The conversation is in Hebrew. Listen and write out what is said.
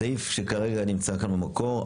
הסעיף שכרגע נמצא כאן במקור,